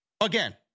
again